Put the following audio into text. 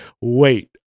Wait